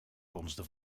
gonsde